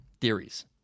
theories